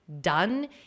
done